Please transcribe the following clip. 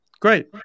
Great